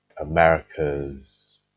America's